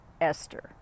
Esther